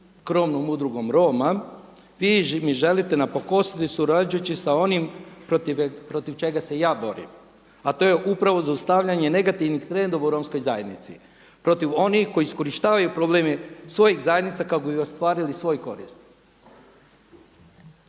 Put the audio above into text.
krovnom udrugom Roma vi mi želite napakostiti surađujući sa onim protiv čega se ja borim, a to je upravo zaustavljanje negativnih trendova u romskoj zajednici protiv onih koji iskorištavaju probleme svojih zajednica kako bi ostvarili svoju korist.